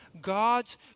God's